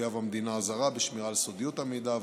תחויב המדינה הזרה בשמירה על סודיות המידע והבטחתו.